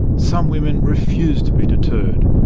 some women refused to be deterred,